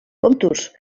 kontuz